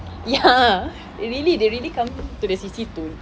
ya they really they really come to the C_C to